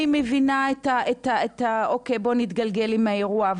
מבינה את הגישה של להתגלגל עם האירוע,